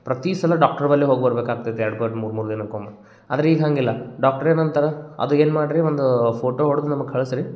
ಪ್ರತಿಸಲ ಡಾಕ್ಟ್ರ ಬಲ್ಲೆ ಹೋಗಿ ಬರಬೇಕಾಗ್ತೈತೆ ಎರಡು ಮೂರ್ಮೂರು ದಿನಕ್ಕೊಮ್ಮೆ ಆದರೆ ಈಗ ಹಾಗಿಲ್ಲ ಡಾಕ್ಟ್ರೆ ಏನಂತಾರೆ ಅದು ಏನು ಮಾಡಿರಿ ಒಂದು ಫೋಟೋ ಹೊಡೆದು ನಮಗೆ ಕಳ್ಸಿ ರೀ